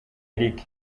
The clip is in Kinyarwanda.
eric